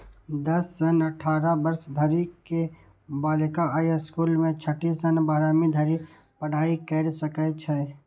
दस सं अठारह वर्ष धरि के बालिका अय स्कूल मे छठी सं बारहवीं धरि पढ़ाइ कैर सकै छै